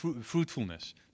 fruitfulness